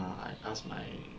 uh I ask my